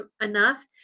enough